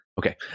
Okay